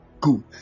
Good